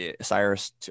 Cyrus